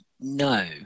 No